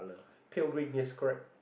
pale green yes correct